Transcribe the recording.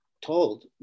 told